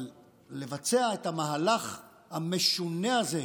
אבל לבצע את המהלך המשונה הזה,